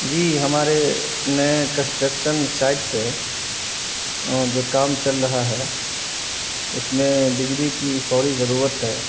جی ہمارے نئے construction site پہ جو کام چل رہا ہے اس میں بجلی کی فوری ضرورت ہے